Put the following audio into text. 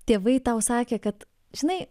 tėvai tau sakė kad žinai